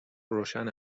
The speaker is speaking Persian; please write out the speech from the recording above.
روشن